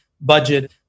budget